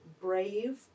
brave